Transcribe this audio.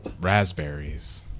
raspberries